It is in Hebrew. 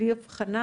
בלי הבחנה